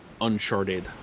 uncharted